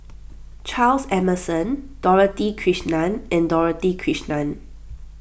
Charles Emmerson Dorothy Krishnan and Dorothy Krishnan